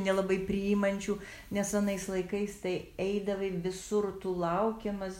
nelabai priimančių nes anais laikais tai eidavai visur tu laukiamas